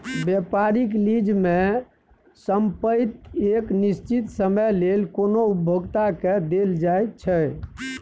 व्यापारिक लीज में संपइत एक निश्चित समय लेल कोनो उपभोक्ता के देल जाइ छइ